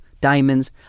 diamonds